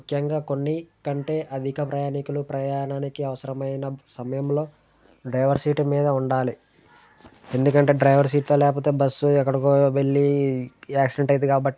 ముఖ్యంగా కొన్ని కంటే అధిక ప్రయాణికులు ప్రయాణానికి అవసరమైన సమయంలో డ్రైవర్ సీటు మీద ఉండాలి ఎందుకంటే డ్రైవర్ సీట్లో లేకపోతే బస్సు ఎక్కడికో వెళ్ళి యాక్సిడెంట్ అయ్యిద్ది కాబట్టి